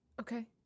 Okay